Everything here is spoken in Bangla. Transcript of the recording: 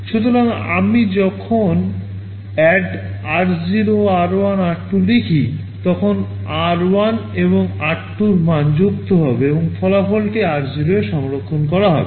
সুতরাং আমি যখন ADD r0 r1 r2 লিখি তখন r1 এবং r2 এর মান যুক্ত হবে এবং ফলাফলটি r0 এ সংরক্ষণ করা হবে